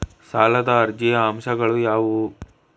ಸಾಲದ ಅರ್ಜಿಯ ಅಂಶಗಳು ಯಾವುವು?